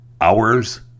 hours